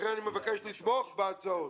לכן אני מבקש לתמוך בהצעה.